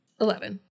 Eleven